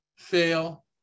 fail